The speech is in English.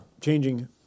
changing